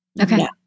Okay